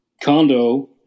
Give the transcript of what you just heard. condo